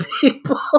people